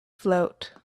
float